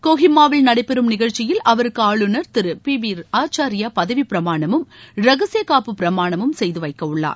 கோஹிமாவில் நடைபெறும் நிகழ்ச்சியில் அவருக்கு ஆளுநர் திரு பி பி ஆச்சார்யா பதவிப்பிரமாணமும் ரகசியகாப்பு பிரமாணமும் செய்து வைக்கவுள்ளார்